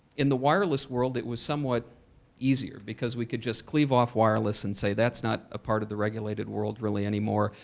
in the wireless world, it was somewhat easier, because we could just cleave off wireless and say that's not a part of regulated world really anymore,